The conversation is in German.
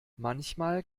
manchmal